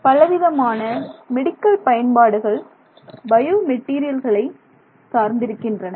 பலவிதமான மெடிக்கல் பயன்பாடுகள் பயோ மெட்டீரியல்களை சார்ந்திருக்கின்றன